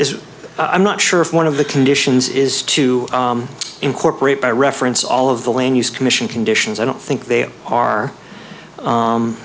is i'm not sure if one of the conditions is to incorporate by reference all of the land use commission conditions i don't think they are